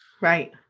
Right